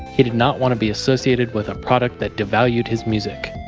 he did not want to be associated with a product that devalued his music.